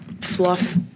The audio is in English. fluff